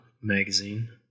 magazine